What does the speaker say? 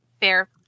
fair